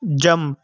jump